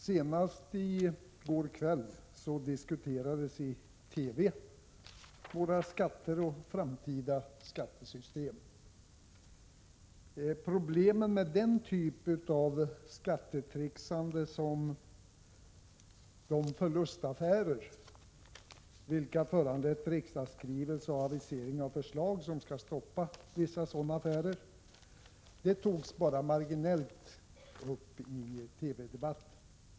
Herr talman! Senast i går kväll diskuterades i TV våra skatter och vårt framtida skattesystem. Problemen med den typ av skattetricksande som skett i de förlustaffärer vilka föranlett riksdagsskrivelse och avisering av förslag som skall stoppa vissa sådana affärer togs bara upp marginellt i TV-debatten.